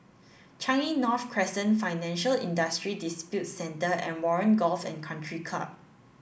Changi North Crescent Financial Industry Disputes Center and Warren Golf and Country Club